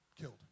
killed